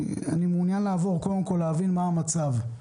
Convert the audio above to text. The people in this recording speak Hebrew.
להבין קודם כול מה המצב.